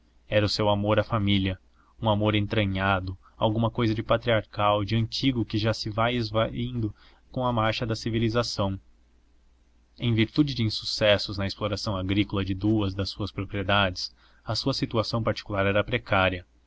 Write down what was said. era o seu amor à família um amor entranhado alguma cousa de patriarcal de antigo que já se vai esvaindo com a marcha da civilização em virtude de insucessos na exploração agrícola de duas das suas propriedades a sua situação particular era precária